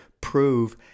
prove